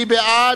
מי בעד?